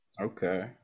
Okay